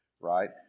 right